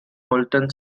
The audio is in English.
molten